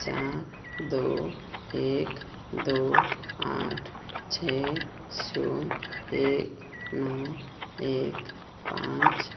चार दो एक दो आठ छः शून्य एक नौ एक पाँच